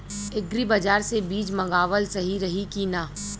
Agri बाज़ार से बीज मंगावल सही रही की ना?